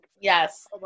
Yes